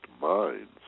minds